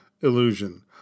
illusion